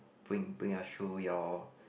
bring bring us through your